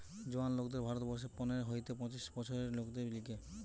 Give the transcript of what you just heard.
জোয়ান লোকদের ভারত বর্ষে পনের হইতে পঁচিশ বছরের লোকদের লিগে